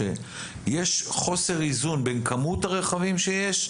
יש חוסר איזון בין כמות הרכבים שיש,